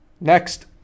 Next